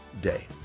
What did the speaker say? day